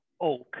oak